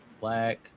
Black